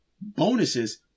bonuses